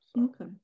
Okay